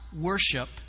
worship